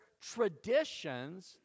traditions